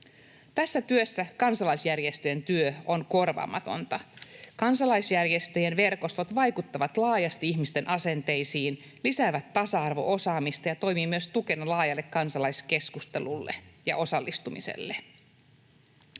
Tässä työssä kansalaisjärjestöjen työ on korvaamatonta. Kansalaisjärjestöjen verkostot vaikuttavat laajasti ihmisten asenteisiin, lisäävät tasa-arvo-osaamista ja toimivat myös tukena laajalle kansalaiskeskustelulle ja osallistumiselle.